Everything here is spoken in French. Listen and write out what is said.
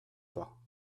pas